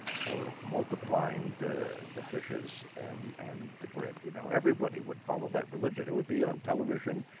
or multiplying the the fishes and and the bread, you know, everybody would follow that religion. it would be on television,